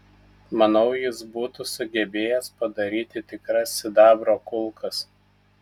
manau jis būtų sugebėjęs padaryti tikras sidabro kulkas